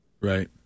Right